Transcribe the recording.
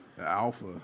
alpha